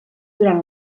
durant